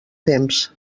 temps